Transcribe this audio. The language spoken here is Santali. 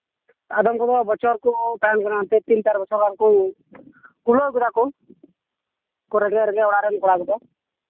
ᱟᱫᱷᱚᱢ ᱠᱚᱫᱚ ᱵᱚᱪᱷᱚᱨ ᱠᱚ ᱛᱟᱦᱮᱱ ᱠᱟᱱᱟ ᱛᱤᱱ ᱪᱟᱨ ᱵᱚᱪᱷᱚᱨ ᱜᱟᱱ ᱠᱚ ᱠᱩᱲᱟᱹᱣ ᱠᱮᱫᱟ ᱠᱚ ᱚᱲᱟᱜ ᱨᱮᱱ ᱠᱚᱲᱟ ᱠᱚᱫᱚ